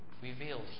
revealed